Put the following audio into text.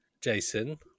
Jason